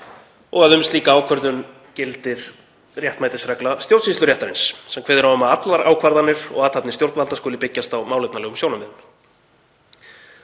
og að um slíka ákvörðun gildi réttmætisregla stjórnsýsluréttarins sem kveður á um að allar ákvarðanir og athafnir stjórnvalda skuli byggjast á málefnalegum sjónarmiðum.